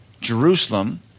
Jerusalem